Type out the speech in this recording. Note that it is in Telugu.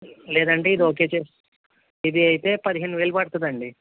లేదంటే ఇది ఓకే ఇది అయితే పదిహేను వేలు పడుంతదండి